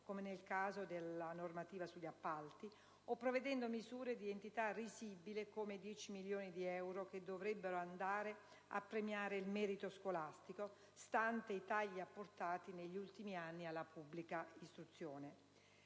come nel caso della normativa sugli appalti, o prevedendo misure di entità risibile, come i 10 milioni di euro che dovrebbero andare a premiare il merito scolastico, stanti i tagli apportati negli ultimi anni alla pubblica istruzione.